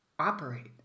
operate